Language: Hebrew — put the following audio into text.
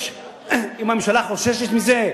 אם הממשלה חוששת מזה,